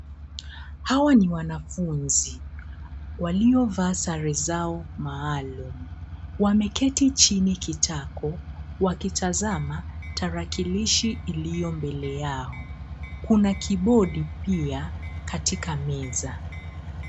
Hawa ni wanafunzi waliovaa sare zao maalum. Wameketi chini kitako wakitazama tarakilishi iliyo mbele yao. Kuna kibodi pia katika meza.